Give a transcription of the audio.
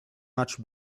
much